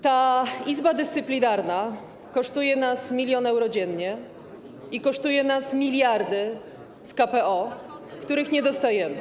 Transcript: Ta Izba Dyscyplinarna kosztuje nas milion euro dziennie i kosztuje nas miliardy z KPO, których nie dostajemy.